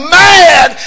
mad